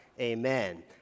Amen